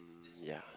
mm ya